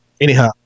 anyhow